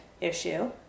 issue